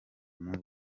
muri